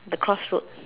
the crossroad